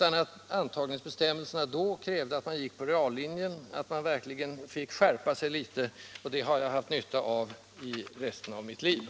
Då krävde intagningsbestämmelserna till medicinska studier att man hade gått på reallinjen. Man tvingades skärpa sig litet, och det har jag haft nytta av senare i livet.